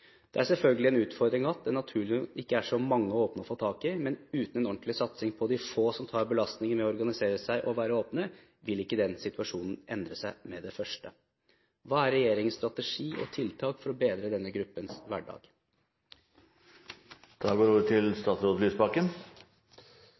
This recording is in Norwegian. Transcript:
Det er selvfølgelig en utfordring at det naturlig nok ikke er så mange åpne å få tak i, men uten en ordentlig satsing på de få som tar belastningen med å organisere seg og være åpne, vil ikke den situasjonen endre seg med det første. Hva er regjeringens strategi og tiltak for å bedre denne gruppens hverdag? Dette er en av de gangene en interpellasjonsdebatt i Stortinget kan bidra til